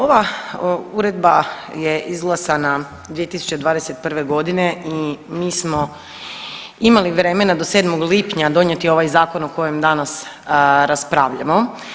Ova uredba je izglasana 2021. godine i mi smo imali vremena do 7. lipnja donijeti ovaj zakon o kojem danas raspravljamo.